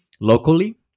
locally